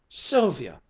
sylvia!